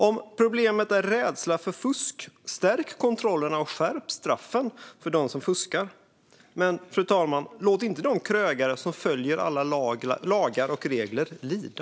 Om problemet är rädsla för fusk, stärk kontrollerna och skärp straffen för dem som fuskar! Men, fru talman, låt inte de krögare som följer alla lagar och regler lida!